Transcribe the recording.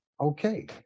okay